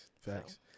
facts